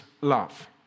love